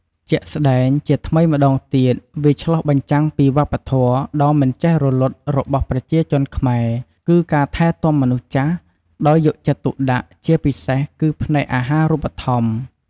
ជាក់់ស្ដែង ជាថ្មីម្ដងទៀតវាឆ្លុះបញ្ចាំងពីវប្បធម៌ដ៏មិនចេះរលត់របស់ប្រជាជនខ្មែរ គឺការថែទាំមនុស្សចាស់ ដោយយកចិត្តទុកដាក់ជាពិសេសគឺផ្នែកអាហារូបត្ថម្ភ។